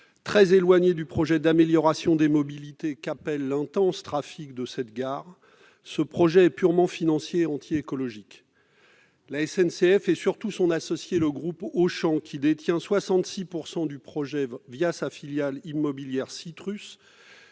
Très éloigné du projet d'amélioration des mobilités qu'appelle l'intense trafic de cette gare, ce projet est purement financier et anti-écologique. La SNCF et, surtout, son associé le groupe Auchan, qui détient 66 % du projet sa filiale immobilière Ceetrus,